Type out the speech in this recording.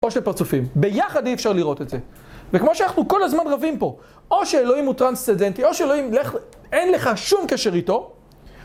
או של פרצופים, ביחד אי אפשר לראות את זה וכמו שאנחנו כל הזמן רבים פה או שאלוהים הוא טרנסצנדנטי או שאלוהים אין לך שום קשר איתו